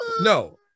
No